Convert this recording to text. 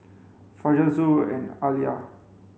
Fajar Zul and Alya